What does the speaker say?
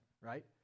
right